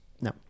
No